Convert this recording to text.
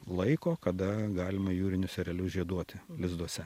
laiko kada galima jūrinius erelius žieduoti lizduose